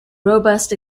robust